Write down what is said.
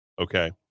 okay